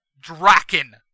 Draken